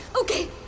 okay